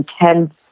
intense